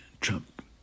Trump